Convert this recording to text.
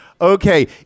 Okay